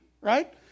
right